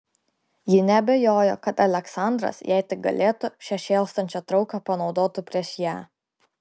ji neabejojo kad aleksandras jei tik galėtų šią šėlstančią trauką panaudotų prieš ją